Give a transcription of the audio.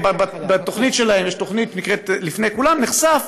בתוכנית שלהם, יש תוכנית שנקראת "לפני כולם" נחשף